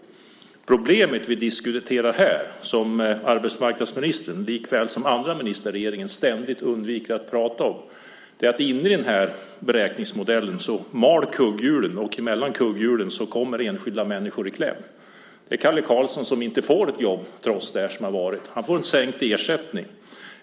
Det problem som vi nu diskuterar och som arbetsmarknadsministern, liksom andra ministrar i regeringen, ständigt undviker att prata om är att inne i beräkningsmodellen mal kugghjulen och mellan kugghjulen kommer enskilda människor i kläm. Det är Kalle Karlsson som inte får ett jobb trots det som varit. Han får sänkt ersättning.